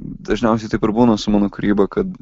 dažniausiai taip ir būna su mano kūryba kad